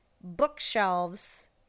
bookshelves